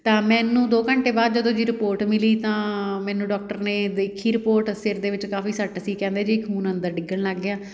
ਤਾਂ ਮੈਨੂੰ ਦੋ ਘੰਟੇ ਬਾਅਦ ਜਦੋਂ ਜੀ ਰਿਪੋਰਟ ਮਿਲੀ ਤਾਂ ਮੈਨੂੰ ਡਾਕਟਰ ਨੇ ਦੇਖੀ ਰਿਪੋਰਟ ਸਿਰ ਦੇ ਵਿੱਚ ਕਾਫੀ ਸੱਟ ਸੀ ਕਹਿੰਦੇ ਜੀ ਖੂਨ ਅੰਦਰ ਡਿੱਗਣ ਲੱਗ ਗਿਆ